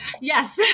Yes